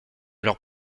leurs